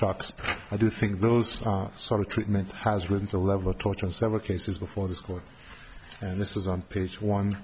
shocks i do think those are sort of treatment has written the level of torture in several cases before this court and this was on page one